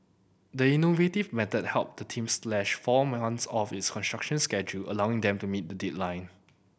the innovative method helped the team slash four months off its construction schedule allowing them to meet the deadline